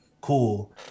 Cool